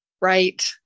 Right